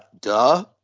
Duh